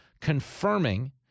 confirming